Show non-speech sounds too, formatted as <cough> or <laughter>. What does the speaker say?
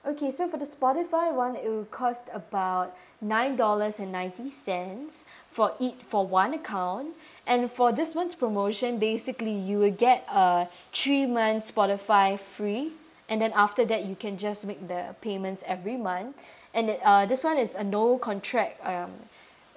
okay so for the Spotify [one] it will cost about nine dollars and ninety cents <breath> for it for one account and for this one's promotion basically you'll get uh three months Spotify free and then after that you can just make the payment every month <breath> and it uh this [one] is a no contract um